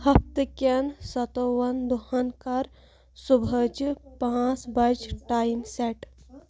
ہفتہٕ کٮ۪ن ستووَن دۄہن کَر صُبحٲچہِ پانٛژ بج ٹایمر سیٹ